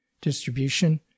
distribution